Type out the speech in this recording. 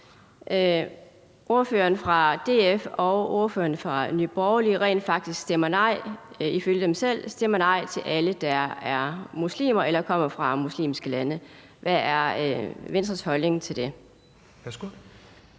ordføreren for DF og ordføreren for Nye Borgerlige rent faktisk – ifølge dem selv – stemmer nej til alle, der er muslimer eller kommer fra muslimske lande. Hvad er Venstres holdning til det?